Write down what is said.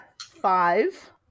five